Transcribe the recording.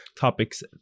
topics